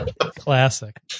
Classic